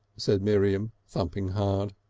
said miriam, thumping hard.